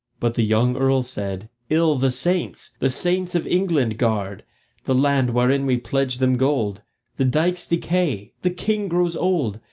but the young earl said ill the saints, the saints of england, guard the land wherein we pledge them gold the dykes decay, the king grows old,